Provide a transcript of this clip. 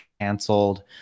canceled